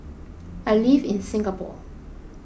I live in Singapore